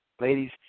ladies